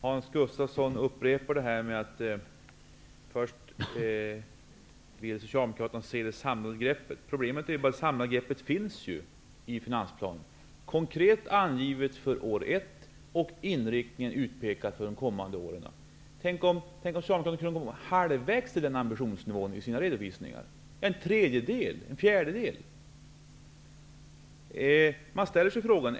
Herr talman! Hans Gustafsson upprepar sitt påstående att Socialdemokraterna vill se ett samlat grepp. Men ett sådant finns ju redan i finansplanen, konkret angivet för första året. Dessutom anges där inriktningen för de kommande åren. Tänk om Socialdemokraterna kunde gå åtminstone halva vägen i sina redovisningar när det gäller denna ambitionsnivå. Ja, det kanske räcker med att ni går en tredjedel eller en fjärdedel på vägen. Man kan undra hur det är.